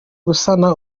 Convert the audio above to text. gusana